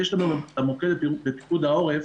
יש לנו גם את המוקד בפיקוד העורף,